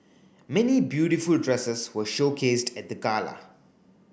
many beautiful dresses were showcased at the gala